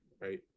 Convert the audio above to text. right